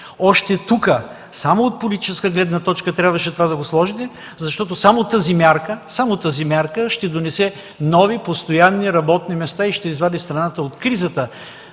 Още тук от политическа гледна точка трябваше да сложите това, защото само тази мярка ще доведе до нови постоянни работни места и ще извади страната от кризата,